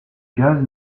gaz